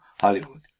Hollywood